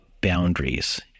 boundaries